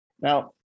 Now